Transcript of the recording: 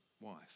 wife